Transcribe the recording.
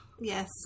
Yes